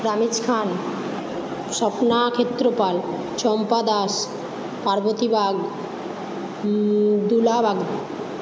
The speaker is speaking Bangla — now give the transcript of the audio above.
রামিজ খান স্বপ্নাক্ষেত্র পাল চম্পা দাস পার্বতী বাগ দোলা বাগ